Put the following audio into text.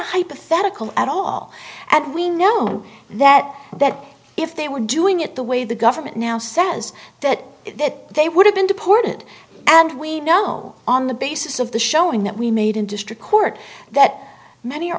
hypothetical at all and we know they that that if they were doing it the way the government now says that they would have been deported and we know on the basis of the showing that we made in district court that many or